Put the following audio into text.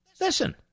Listen